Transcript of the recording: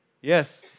Yes